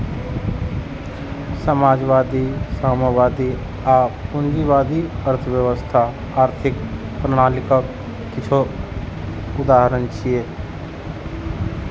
समाजवादी, साम्यवादी आ पूंजीवादी अर्थव्यवस्था आर्थिक प्रणालीक किछु उदाहरण छियै